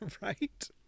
Right